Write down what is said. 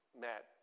Matt